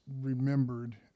remembered